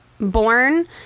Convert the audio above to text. born